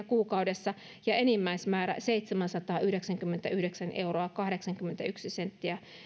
kuukaudessa ja enimmäismäärä seitsemänsataayhdeksänkymmentäyhdeksän pilkku kahdeksankymmentäyksi